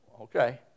okay